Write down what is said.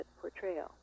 portrayal